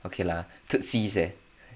okay lah tootsies eh